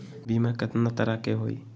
बीमा केतना तरह के होइ?